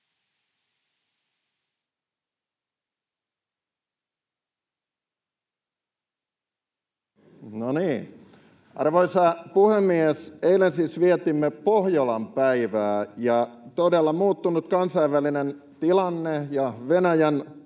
Arvoisa puhemies! Eilen siis vietimme Pohjolan päivää, ja todella muuttunut kansainvälinen tilanne ja Venäjän